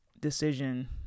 decision